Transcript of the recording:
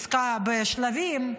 עסקה בשלבים.